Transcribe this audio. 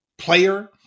player